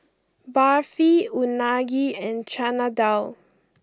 Barfi Unagi and Chana Dal